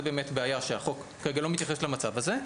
זה באמת בעיה שהחוק כרגע לא מתייחס למצב הזה,